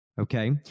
okay